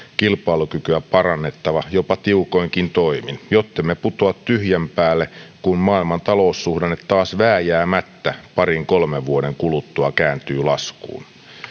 kilpailukykyä parannettava jopa tiukoinkin toimin jottemme putoa tyhjän päälle kun maailman taloussuhdanne taas vääjäämättä parin kolmen vuoden kuluttua kääntyy laskuun